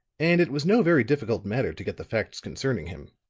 and it was no very difficult matter to get the facts concerning him.